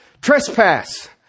Trespass